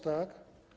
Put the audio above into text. Tak?